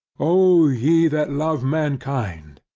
o ye that love mankind!